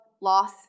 loss